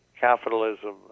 capitalism